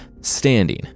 standing